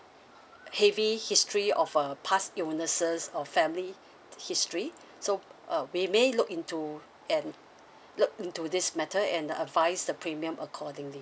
heavy history of a past illnesses or family history so uh we may look into and look into this matter and advise the premium accordingly